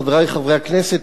חברי חברי הכנסת,